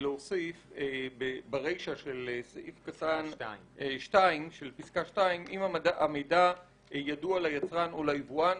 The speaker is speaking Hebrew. להוסיף ברישה של סעיף פסקה 2 "אם המידע ידוע ליצרן או ליבואן",